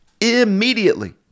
immediately